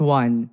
one